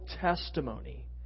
testimony